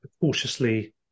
cautiously